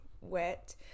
wet